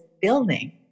building